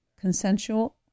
consensual